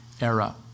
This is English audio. era